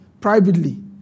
privately